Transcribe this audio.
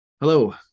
Hello